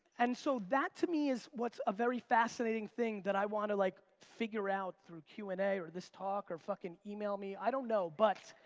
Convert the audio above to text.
and so that to me is what's a very fascinating thing that i wanna, like, figure out through q and amp a or this talk or fuckin' email me, i don't know but